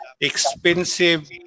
expensive